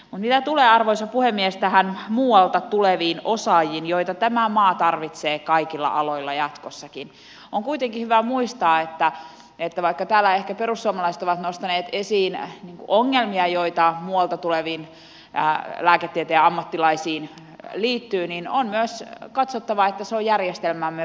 mutta mitä tulee arvoisa puhemies näihin muualta tuleviin osaajiin joita tämä maa tarvitsee kaikilla aloilla jatkossakin niin on kuitenkin hyvä muistaa että vaikka täällä ehkä perussuomalaiset ovat nostaneet esiin ongelmia joita muualta tuleviin lääketieteen ammattilaisiin liittyy niin on myös katsottava että se on järjestelmämme vahvuus